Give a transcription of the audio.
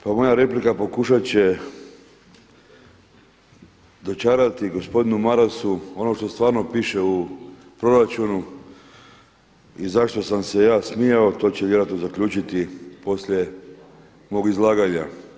Pa moja replika pokušat će dočarati gospodinu Marasu ono što stvarno piše u proračunu i zašto sam se ja smijao, to će vjerojatno zaključiti poslije mog izlaganja.